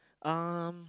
um